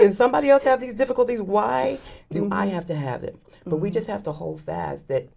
and somebody else have these difficulties why do i have to have it but we just have to hold that that